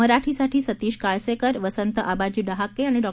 मराठीसाठी सतीश काळसेकर वसंत आबाजी डहाके आणि डॉ